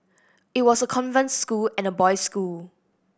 it was a convent school and a boys school